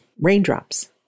raindrops